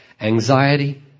Anxiety